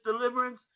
deliverance